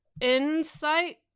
insight